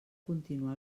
continuar